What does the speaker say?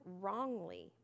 wrongly